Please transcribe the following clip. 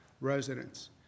residents